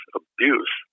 abuse